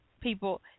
people